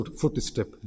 footstep